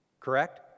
Correct